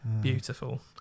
beautiful